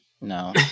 No